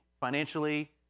financially